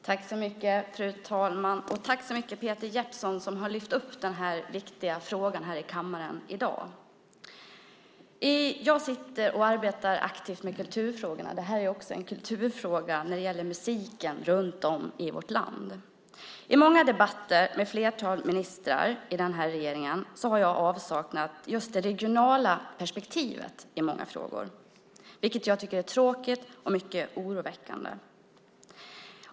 Fru talman! Tack så mycket, Peter Jeppsson, som har lyft upp den här viktiga frågan i kammaren i dag! Jag arbetar aktivt med kulturfrågor. Musiken runt om i vårt land är också en kulturfråga. I många debatter med ett flertal ministrar i den här regeringen har jag saknat just det regionala perspektivet i många frågor, vilket jag tycker är tråkigt och mycket oroväckande.